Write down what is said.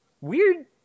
weird